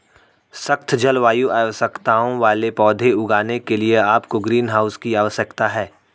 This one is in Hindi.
सख्त जलवायु आवश्यकताओं वाले पौधे उगाने के लिए आपको ग्रीनहाउस की आवश्यकता है